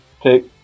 take